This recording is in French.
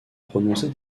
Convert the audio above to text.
prononcer